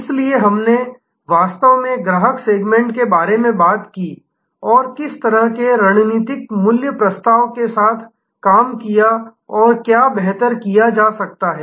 इसीलिए हमने वास्तव में ग्राहक सेगमेंट के बारे में बात की और किस तरह के रणनीतिक मूल्य प्रस्ताव के साथ काम किया और क्या बेहतर किया जा सकता है